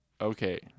Okay